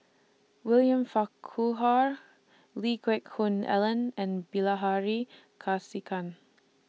William Farquhar Lee Geck Hoon Ellen and Bilahari Kausikan